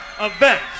event